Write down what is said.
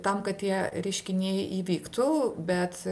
tam kad tie reiškiniai įvyktų bet